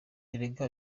erega